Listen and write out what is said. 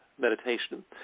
meditation